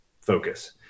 focus